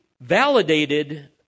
validated